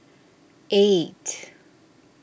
eight